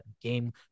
game